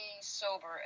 sober